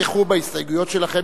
יש כאלה שלא יתמכו בהסתייגויות שלכם,